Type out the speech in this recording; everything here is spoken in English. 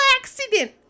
accident